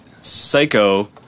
psycho